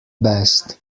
best